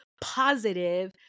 positive